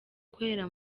ukorera